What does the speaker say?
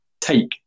take